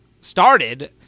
started